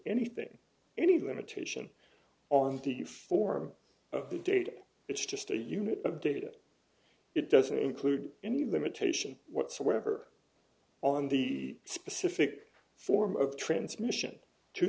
anything any limitation on the form of the data it's just a unit of data it doesn't include any limitation whatsoever on the specific form of transmission to